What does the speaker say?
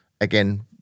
again